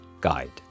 guide